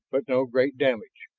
but no great damage.